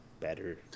better